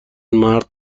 مرد